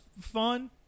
fun